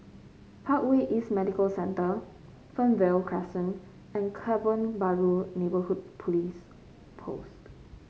Parkway East Medical Centre Fernvale Crescent and Kebun Baru Neighbourhood Police Post